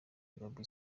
baby